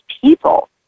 people